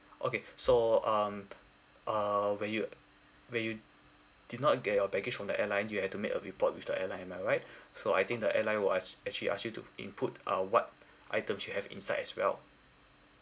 okay so um err where you where you did not get your baggage from the airline you had to make a report with the airline am I right so I think the airline was actually ask you to input uh what item you have inside as well